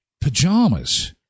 pajamas